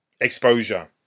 exposure